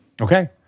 Okay